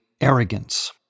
arrogance